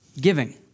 Giving